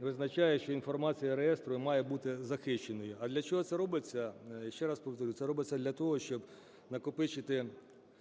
визначає, що інформація реєстру має бути захищеною. А для чого це робиться? Ще раз повторюю: це робиться для того, щоб накопичити